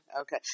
Okay